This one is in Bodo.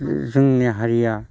जोंनि हारिया